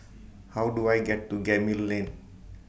How Do I get to Gemmill Lane